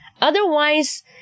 Otherwise